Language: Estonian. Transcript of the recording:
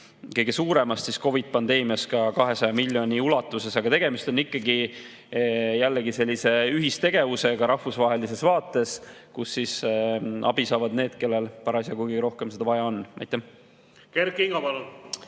kõige suuremast, siis COVID‑i‑pandeemia [ajal] 200 miljoni ulatuses. Aga tegemist on ikkagi jällegi sellise ühistegevusega rahvusvahelises vaates, kus abi saavad need, kellel parasjagu kõige rohkem seda vaja on. Kert Kingo, palun!